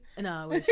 No